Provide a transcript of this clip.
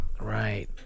right